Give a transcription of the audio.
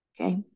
okay